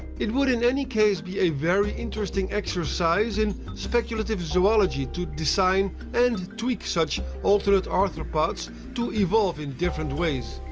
it would, in any case, be a very interesting exercise in speculative zoology to design and tweak such alternate arthropods to evolve in different ways.